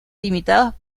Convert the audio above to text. limitados